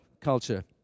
culture